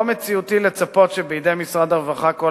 לא מציאותי לצפות שבידי משרד הרווחה כל